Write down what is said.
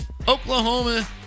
Oklahoma